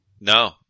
No